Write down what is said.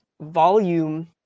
volume